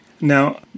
Now